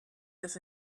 this